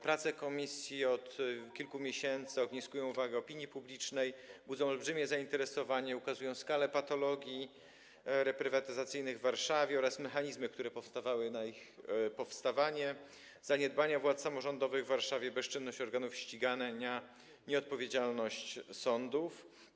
Prace komisji od kilku miesięcy ogniskują uwagę opinii publicznej, budzą olbrzymie zainteresowanie, ukazują skalę patologii reprywatyzacyjnych w Warszawie oraz mechanizmy, które składały się na ich powstanie, zaniedbania władz samorządowych w Warszawie, bezczynność organów ścigania, nieodpowiedzialność sądów.